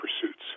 pursuits